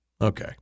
Okay